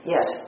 Yes